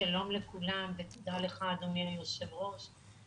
שלום לכולם ותודה לך אדוני היו"ר.